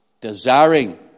desiring